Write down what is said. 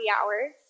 hours